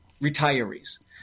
retirees